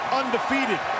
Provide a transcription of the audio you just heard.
undefeated